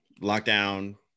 lockdown